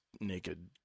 naked